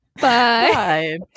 bye